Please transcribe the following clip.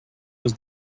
was